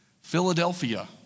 Philadelphia